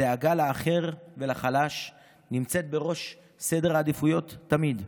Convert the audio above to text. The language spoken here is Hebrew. הדאגה לאחר ולחלש נמצאת בראש סדר העדיפויות תמיד.